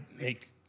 make